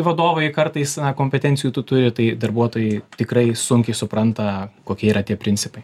vadovai kartais na kompetencijų tų turi tai darbuotojai tikrai sunkiai supranta kokie yra tie principai